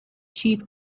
chief